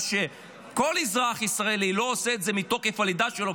מה שכל אזרח ישראלי לא עושה מתוקף הלידה שלו,